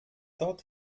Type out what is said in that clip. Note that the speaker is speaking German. dort